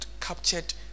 captured